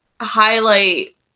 highlight